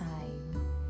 time